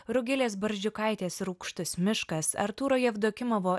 rugilės barzdžiukaitės rūgštus miškas artūro jevdokimovo